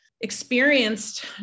experienced